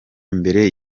mbere